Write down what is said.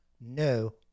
no